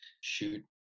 shoot